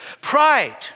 Pride